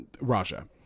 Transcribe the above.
Raja